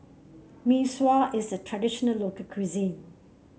Mee Sua is a traditional local cuisine